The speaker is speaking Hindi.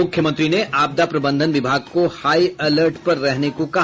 मुख्यमंत्री ने आपदा प्रबंधन विभाग को हाई अलर्ट पर रहने को कहा